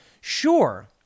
sure